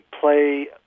play